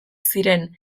ziren